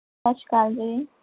ਸਤਿ ਸ਼੍ਰੀ ਅਕਾਲ ਜੀ